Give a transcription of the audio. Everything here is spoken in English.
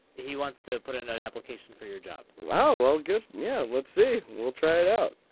he wants to put in an an application for your job. wow, well, good. yeah, let's see. we'll try it out.